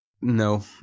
No